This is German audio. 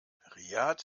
riad